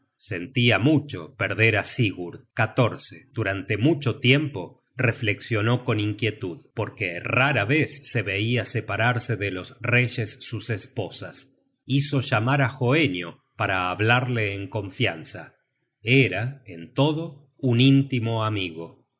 sentia mucho perder á sigurd durante mucho tiempo reflexionó con inquietud porque rara vez se veia separarse de los reyes sus esposas hizo llamar á hoenio para hablarle en confianza era en todo un íntimo amigo